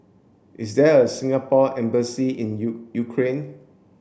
is there a Singapore embassy in U Ukraine